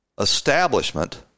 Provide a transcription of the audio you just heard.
establishment